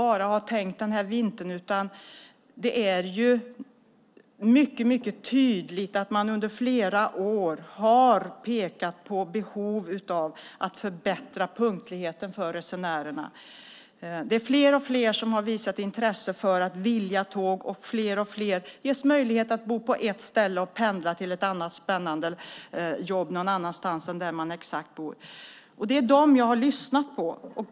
Det är mycket tydligt att man inte bara under denna vinter utan under flera år har pekat på behovet av att förbättra punktligheten för tågen till förmån för resenärerna. Det är fler och fler som har visat intresse för att åka tåg, och fler och fler ges möjlighet att bo på ett ställe och pendla till ett spännande jobb någon annanstans än precis där man bor. Jag har lyssnat på dem.